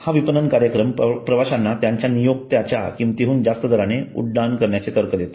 हा विपणन कार्यक्रम प्रवाशांना त्याच्या नियोक्त्याच्या किंमतीहुन जास्त दराने उड्डाण करण्याचे तर्क देतो